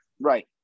Right